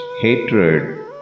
hatred